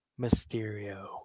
Mysterio